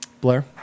Blair